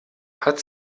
hat